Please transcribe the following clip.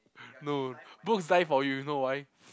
no books die for you you know why